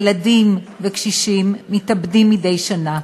ילדים וקשישים מתאבדים מדי שנה.